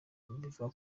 babivuga